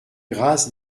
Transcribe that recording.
grâce